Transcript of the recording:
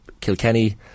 Kilkenny